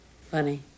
Funny